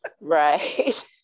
Right